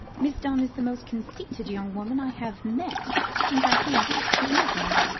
miss dunn is the most conceited young woman i have met since i came back to england.